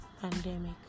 pandemic